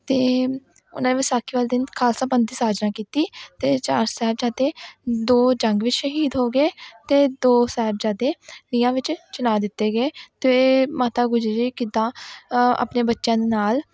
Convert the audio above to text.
ਅਤੇ ਉਹਨਾਂ ਨੇ ਵਿਸਾਖੀ ਵਾਲੇ ਦਿਨ ਖਾਲਸਾ ਪੰਥ ਦੀ ਸਾਜਨਾ ਕੀਤੀ ਅਤੇ ਚਾਰ ਸਾਹਿਬਜ਼ਾਦੇ ਦੋ ਜੰਗ ਵਿੱਚ ਸ਼ਹੀਦ ਹੋ ਗਏ ਅਤੇ ਦੋ ਸਾਹਿਬਜ਼ਾਦੇ ਨੀਹਾਂ ਵਿੱਚ ਚਿਣਾ ਦਿੱਤੇ ਗਏ ਅਤੇ ਮਾਤਾ ਗੁਜਰੀ ਕਿੱਦਾਂ ਆਪਣੇ ਬੱਚਿਆਂ ਦੇ ਨਾਲ